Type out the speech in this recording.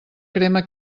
crema